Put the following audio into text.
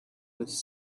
was